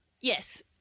Yes